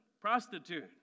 prostitute